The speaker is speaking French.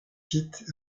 sites